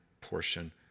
portion